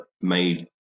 made